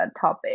topic